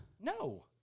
No